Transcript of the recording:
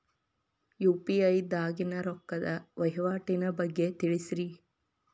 UPI ದಾಗಿನ ರೊಕ್ಕದ ವಹಿವಾಟಿನ ಬಗ್ಗೆ ತಿಳಸ್ರಿ